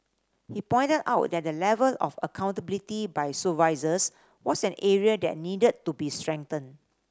he pointed out that the level of accountability by supervisors was an area that needed to be strengthened